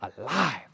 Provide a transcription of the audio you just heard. alive